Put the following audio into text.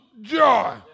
joy